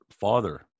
father